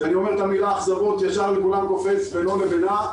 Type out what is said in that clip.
כשאני אומר את המילה אכזבות ישר לכולם קופץ בינו לבינה.